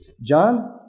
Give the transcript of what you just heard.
John